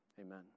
amen